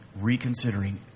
reconsidering